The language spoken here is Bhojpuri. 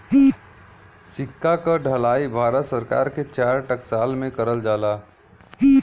सिक्का क ढलाई भारत सरकार के चार टकसाल में करल जाला